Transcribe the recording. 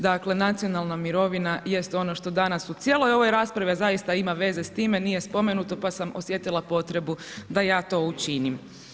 Dakle, nacionalna mirovina jest ono što danas u cijeloj ovoj raspravi, a zaista ima veze s time, nije spomenuto, pa sam osjetila potrebu da ja to učinim.